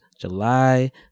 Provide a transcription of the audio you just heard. July